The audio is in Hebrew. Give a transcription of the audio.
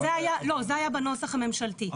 זה היה בנוסח הממשלתי.